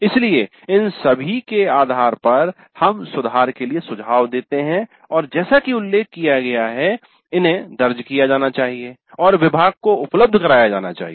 इसलिए इन सभी के आधार पर हम सुधार के लिए सुझाव देते हैं और जैसा कि उल्लेख किया गया है इन्हें दर्ज किया जाना चाहिए और विभाग को उपलब्ध कराया जाना चाहिए